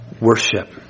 worship